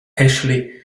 ashley